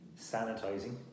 sanitizing